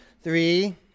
Three